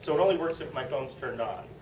so it only works if my phone is turned on.